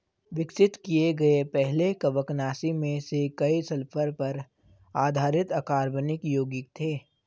विकसित किए गए पहले कवकनाशी में से कई सल्फर पर आधारित अकार्बनिक यौगिक थे